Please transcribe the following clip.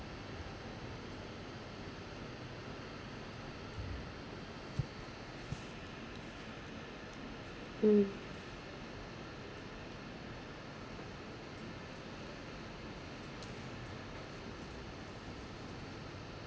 mm